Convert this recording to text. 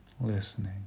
listening